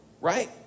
Right